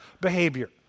behavior